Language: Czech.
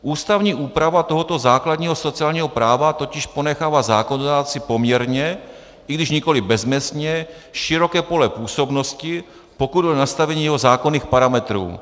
Ústavní úprava tohoto základního sociálního práva totiž ponechává zákonodárci poměrně, i když nikoli bezmezně, široké pole působnosti, pokud jde o nastavení jeho zákonných parametrů.